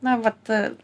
na vat